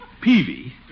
Peavy